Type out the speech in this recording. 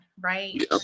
right